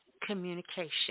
communication